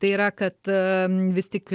tai yra kad vis tik